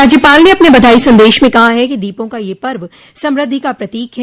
राज्यपाल ने अपने बधाई संदेश में कहा है कि दीपों का यह पर्व समृद्धि का प्रतीक है